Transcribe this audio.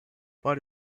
but